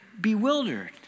bewildered